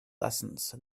lessons